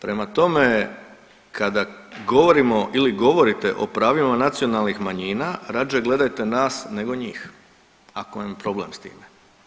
Prema tome, kada govorimo ili govorite o pravima nacionalnih manjina rađe gledajte nas nego njih, ako vam je problem s time.